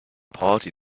party